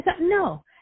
no